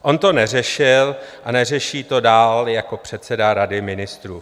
On to neřešil a neřeší to dál jako předseda Rady ministrů.